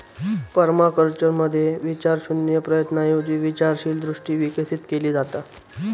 पर्माकल्चरमध्ये विचारशून्य प्रयत्नांऐवजी विचारशील दृष्टी विकसित केली जाता